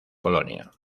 polonia